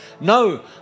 no